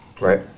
Right